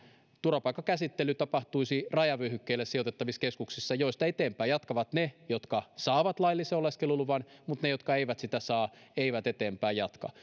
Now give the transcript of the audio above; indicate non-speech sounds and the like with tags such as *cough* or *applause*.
turvapaikkakäsittely tapahtuisi rajavyöhykkeelle sijoitettavissa keskuksissa joista eteenpäin jatkavat ne jotka saavat laillisen oleskeluluvan mutta ne jotka eivät sitä saa eivät eteenpäin jatka *unintelligible*